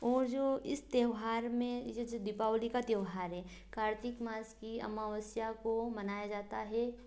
और जो इस त्योहार में ये जो जो दीपावली का त्योहार है कार्तिक मास की अमावस्या को मनाया जाता है